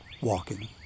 walking